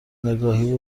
نگاهی